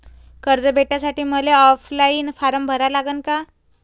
कर्ज भेटासाठी मले ऑफलाईन फारम भरा लागन का?